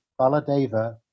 baladeva